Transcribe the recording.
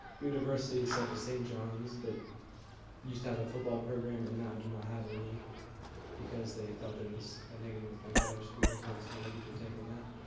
universities such as st. john's that used to have a football program and now do not have any because they felt that it was ah negative effect on their school. i just wanted to get your take on that.